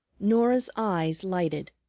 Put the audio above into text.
norah's eyes lighted.